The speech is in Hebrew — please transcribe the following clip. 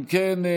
אם כן,